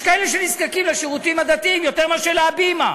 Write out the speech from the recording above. יש כאלה שנזקקים לשירותים הדתיים יותר מלאלה של "הבימה".